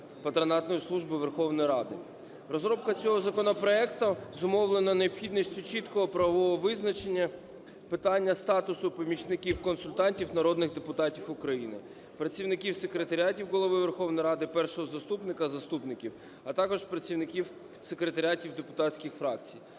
патронатної служби Верховної Ради. Розробка цього законопроекту зумовлена необхідністю чіткого правового визначення питання статусу помічників-консультантів народних депутатів України, працівників секретаріатів Голови Верховної Ради, Першого заступника, заступників, а також працівників секретаріатів депутатських фракцій.